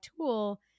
tool